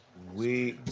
we